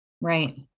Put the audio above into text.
Right